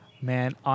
Man